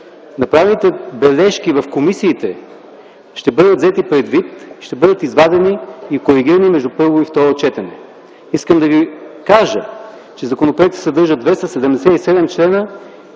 Направените бележки в комисиите ще бъдат взети предвид, ще бъдат извадени и коригирани между първо и второ четене. Искам да ви кажа, че законопроектът съдържа 277 члена